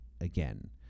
again